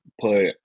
put